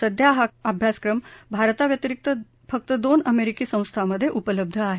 सध्या हा अभ्यासक्रम भारताव्यतिरिक्त फक्त दोन अमेरिकी संस्थांमधे उपलब्ध आहे